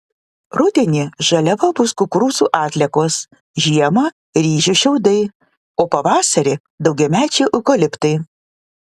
rudenį žaliava bus kukurūzų atliekos žiemą ryžių šiaudai o pavasarį daugiamečiai eukaliptai